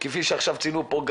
כפי שעכשיו ציינו פה,